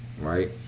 right